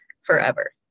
forever